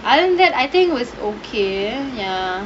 other than that I think was okay ya